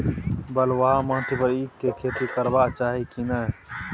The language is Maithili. बलुआ माटी पर ईख के खेती करबा चाही की नय?